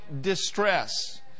distress